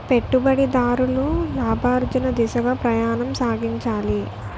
పెట్టుబడిదారులు లాభార్జన దిశగా ప్రయాణం సాగించాలి